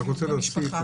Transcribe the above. אני רוצה להוסיף,